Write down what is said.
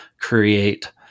create